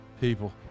people